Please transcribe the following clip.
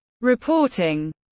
Reporting